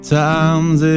times